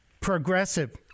progressive